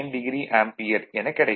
9°ஆம்பியர் எனக் கிடைக்கும்